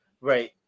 Right